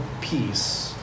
peace